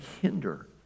hinder